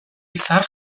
izar